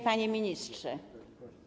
Panie Ministrze!